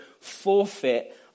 forfeit